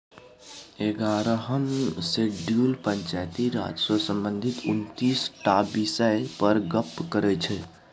एगारहम शेड्यूल पंचायती राज सँ संबंधित उनतीस टा बिषय पर गप्प करै छै